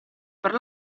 per